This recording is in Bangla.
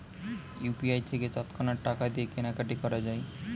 ইউ.পি.আই থেকে তৎক্ষণাৎ টাকা দিয়ে কেনাকাটি করা যায়